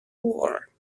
war